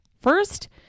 First